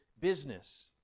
business